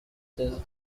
seize